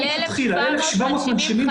1,700 מנשימים,